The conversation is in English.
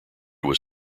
was